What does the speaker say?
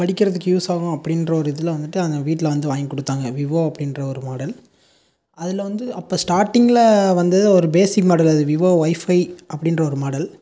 படிக்கிறதுக்கு யூஸ் ஆகும் அப்படின்ற ஒரு இதில் வந்துட்டு அவங்க வீட்டில் வந்து வாங்கி கொடுத்தாங்க விவோ அப்படின்ற ஒரு மாடல் அதில் வந்து அப்போ ஸ்டார்டிங்கில் வந்தது ஒரு பேசிக் மாடல் அது விவோ ஒய்பை அப்படின்ற ஒரு மாடல்